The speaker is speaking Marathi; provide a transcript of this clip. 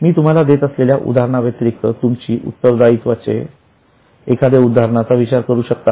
मी तुम्हाला देत असलेल्या उदाहरणा व्यतिरिक्त तुम्ही उत्तरदायित्वाची चे एखाद्या उदाहरणाचा विचार करू शकता का